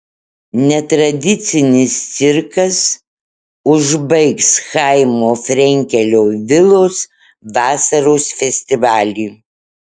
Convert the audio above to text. netradicinis cirkas užbaigs chaimo frenkelio vilos vasaros festivalį